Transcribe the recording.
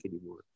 anymore